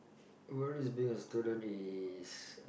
worries being a student is